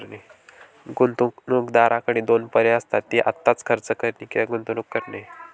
गुंतवणूकदाराकडे दोन पर्याय असतात, ते आत्ताच खर्च करणे किंवा गुंतवणूक करणे